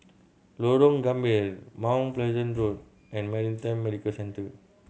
Lorong Gambir Mount Pleasant Road and Maritime Medical Centre